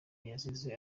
yasize